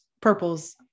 purples